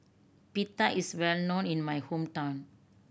pita is well known in my hometown